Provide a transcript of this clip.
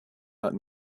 out